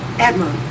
Admiral